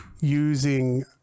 using